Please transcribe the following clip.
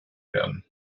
werden